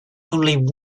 only